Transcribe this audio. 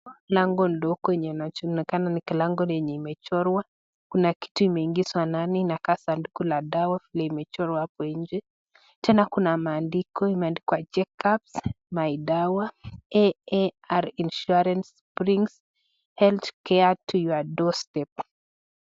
Lango ndogo yenye inajulikana ni kilango lenye limechorwa, kuna kitu imeingizwa ndani inakaa sanduku la dawa vile imechorwa hapo nje tena kuna maandiko imeandikwa, Jeikavz my dawa AAR Insurance brings healthcare to your doorstep .